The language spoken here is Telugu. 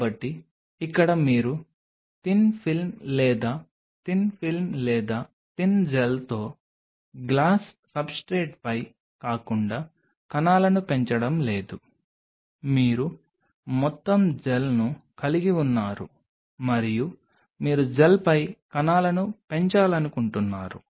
కాబట్టి ఇక్కడ మీరు థిన్ ఫిల్మ్ లేదా థిన్ ఫిల్మ్ లేదా థిన్ జెల్తో గ్లాస్ సబ్స్ట్రేట్పై కాకుండా కణాలను పెంచడం లేదు మీరు మొత్తం జెల్ను కలిగి ఉన్నారు మరియు మీరు జెల్పై కణాలను పెంచాలనుకుంటున్నారు